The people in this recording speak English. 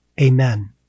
Amen